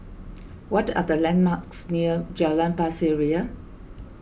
what are the landmarks near Jalan Pasir Ria